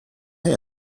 have